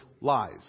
lies